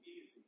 easy